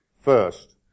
first